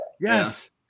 yes